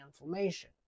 inflammation